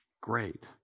great